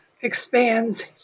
expands